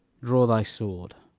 draw thy sword,